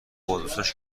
بادوستاش